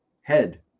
head